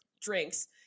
drinks